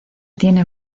tiene